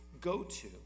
go-to